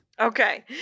Okay